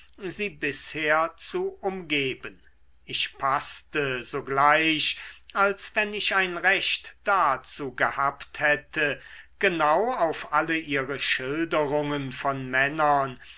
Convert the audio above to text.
sie bisher zu umgeben ich paßte sogleich als wenn ich ein recht dazu gehabt hätte genau auf alle ihre schilderungen von männern